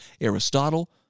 Aristotle